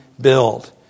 build